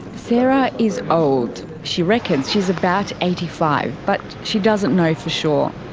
sarah is old. she reckons she's about eighty five, but she doesn't know for sure.